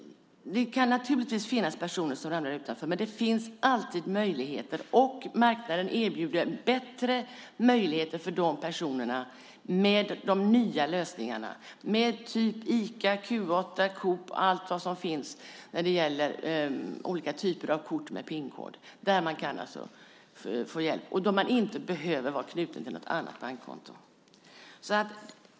Det kan naturligtvis finnas personer som ramlar utanför. Men det finns alltid möjligheter, och marknaden erbjuder bättre möjligheter för dessa personer med de nya lösningarna - Ica-, Q 8-, Coopkort och alla möjliga andra typer av kort med pinkod som inte behöver vara knutna till något annat bankkonto.